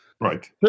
Right